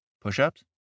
push-ups